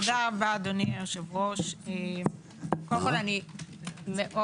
תודה רבה, אדוני היושב-ראש, קודם כול אני מאוד